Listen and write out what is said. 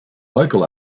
local